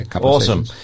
Awesome